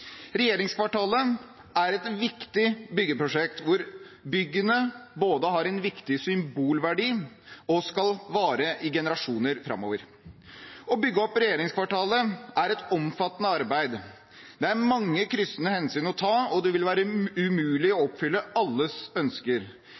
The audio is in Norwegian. Regjeringskvartalet er et viktig byggeprosjekt hvor byggene både har en viktig symbolverdi og skal vare i generasjoner framover. Å bygge opp regjeringskvartalet er et omfattende arbeid. Det er mange kryssende hensyn å ta, og det vil være umulig å